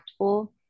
impactful